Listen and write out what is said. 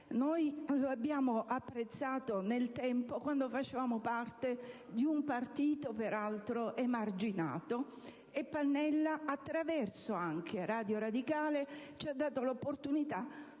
Noi lo abbiamo apprezzato nel tempo quando facevamo parte di un partito, peraltro emarginato, e Pannella, attraverso anche Radio radicale, ci ha dato l'opportunità